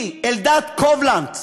כי אלדד קובלנץ